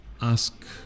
ask